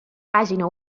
pàgina